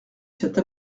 cette